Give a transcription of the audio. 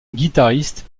guitariste